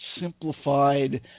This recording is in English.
simplified